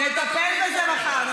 נטפל בזה מחר.